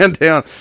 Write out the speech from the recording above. down